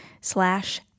slash